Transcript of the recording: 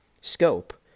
scope